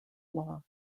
law